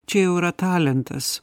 čia jau yra talentas